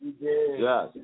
Yes